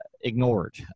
ignored